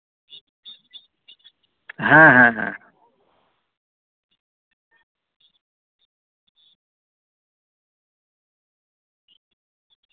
ᱦᱮᱸ ᱦᱮᱸ ᱦᱮᱸ